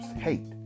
hate